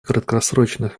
краткосрочных